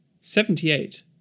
Seventy-eight